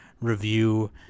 review